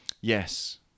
Yes